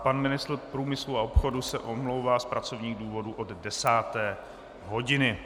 Pan ministr průmyslu a obchodu se omlouvá z pracovních důvodů od 10 hodin.